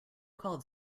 called